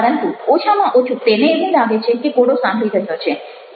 પરંતુ ઓછામાં ઓછું તેને એવું લાગે છે કે ઘોડો સાંભળી રહ્યો છે